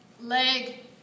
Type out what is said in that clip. leg